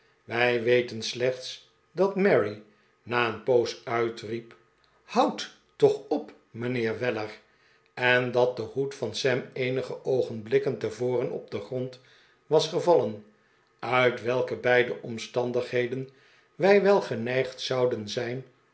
wij weten slechts dat mary na een poos uitriep houd toch op mijnheer weller en dat de hoed van sam eenige oogenblikken tevoren op den grond was gevallen uit welke beide omstandigheden wij wel geneigd zouden zijn